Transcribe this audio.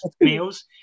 meals